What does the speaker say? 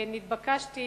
נתבקשתי